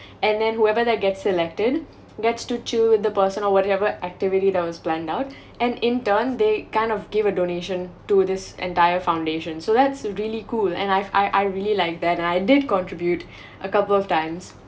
and then whoever that get selected gets to choose the person or whatever activity that was planned out and in turn they kind of give a donation to this entire foundation so that's really cool and I've I I really like that and I did contribute a couple of times